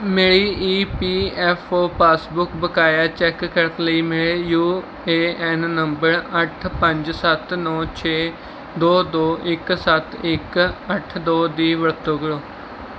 ਮੇਰੀ E P F O passbook ਬਕਾਇਆ check ਕਰਨ ਲਈ ਮੇਰੇ ਯੂ ਏ ਐੱਨ ਨੰਬਰ ਅੱਠ ਪੰਜ ਸੱਤ ਨੌ ਛੇ ਦੋ ਦੋ ਇੱਕ ਸੱਤ ਇੱਕ ਅੱਠ ਦੋ ਦੀ ਵਰਤੋਂ ਕਰੋ